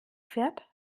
fährt